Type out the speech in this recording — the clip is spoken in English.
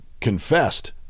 confessed